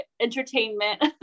entertainment